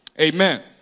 Amen